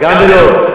גם בלוד.